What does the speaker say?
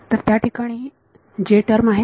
तर त्या ठिकाणी टर्म आहे